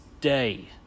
day